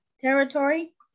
territory